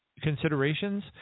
considerations